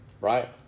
right